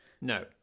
No